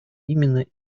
именно